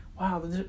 wow